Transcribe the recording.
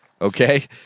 Okay